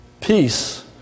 peace